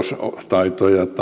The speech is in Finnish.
tai